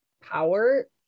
power